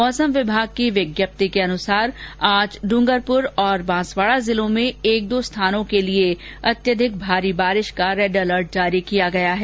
मौसम विभाग की विज्ञप्ति के अनुसार आज ड्ंगरपुर तथा बांसवाड़ा जिलों में एक दो स्थानों पर अत्यधिक भारी वर्षा का रेड अलर्ट जारी किया गया है